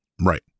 Right